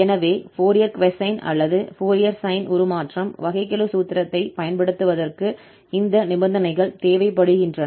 எனவே Fourier cosine அல்லது Fourier sine உருமாற்றம் வகைக்கெழு சூத்திரத்தைப் பயன்படுத்துவதற்கு இந்த நிபந்தனைகள் தேவைப்படுகின்றன